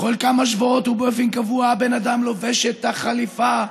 בכל כמה שבועות ובאופן קבוע הבן אדם לובש את החליפה,